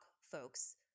folks